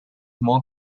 more